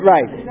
Right